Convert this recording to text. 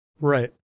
Right